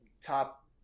top